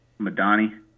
Madani